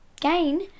gain